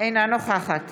אינה נוכחת